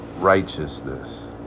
righteousness